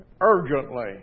urgently